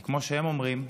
כי כמו שהם אומרים: